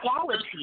quality